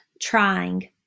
trying